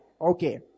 Okay